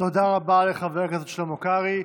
תודה רבה לחבר הכנסת שלמה קרעי.